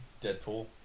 Deadpool